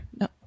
No